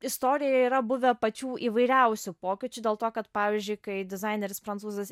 istorijoje yra buvę pačių įvairiausių pokyčių dėl to kad pavyzdžiui kai dizaineris prancūzas